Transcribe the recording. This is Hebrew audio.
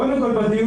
קודם כל, ב-....